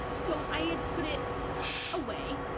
so i had put it away,